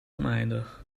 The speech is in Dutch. oneindig